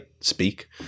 speak